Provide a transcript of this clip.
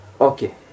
Okay